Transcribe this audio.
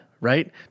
right